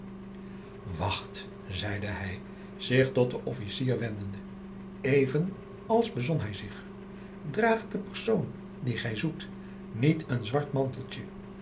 wacht zeide hij zich tot den officier wendende even als bezon hij zich draagt de persoon die gij zoekt niet een zwart